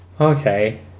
Okay